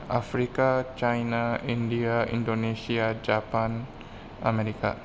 Africa China India Indonesia Japan America